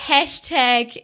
Hashtag